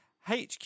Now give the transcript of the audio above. HQ